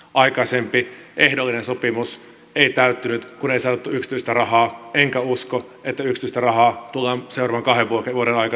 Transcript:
aikaisempi ehdollinen sopimus ei täyttynyt kun ei saatu yksityistä rahaa enkä usko että yksityistä rahaa tullaan seuraavan kahden vuoden aikana saamaan